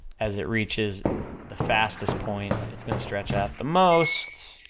as it reaches the fastest point, it's gonna stretch out the most,